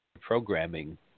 programming